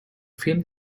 film